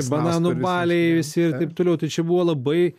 bananų baliai visi ir taip toliau tai čia buvo labai